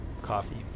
coffee